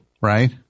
Right